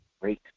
great